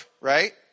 right